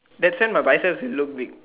that's sand my biceps will look big